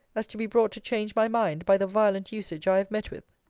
as to be brought to change my mind by the violent usage i have met with?